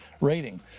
rating